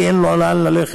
כי אין לו לאן ללכת.